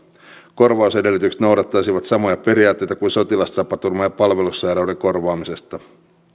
korvausedellytykset noudattaisivat samoja periaatteita kuin sotilastapaturman ja palvelussairauden korvaamisessa